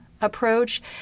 Approach